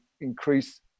increase